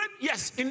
Yes